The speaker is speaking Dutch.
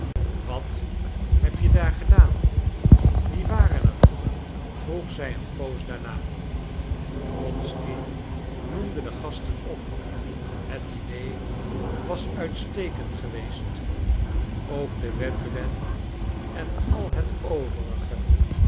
wat heb je daar gedaan wie waren er vroeg zij een poos daarna wronsky noemde de gasten op het diner was uitstekend geweest ook de wedren en al het overige